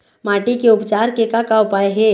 माटी के उपचार के का का उपाय हे?